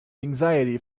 anxiety